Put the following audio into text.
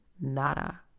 nada